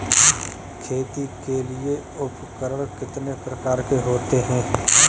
खेती के लिए उपकरण कितने प्रकार के होते हैं?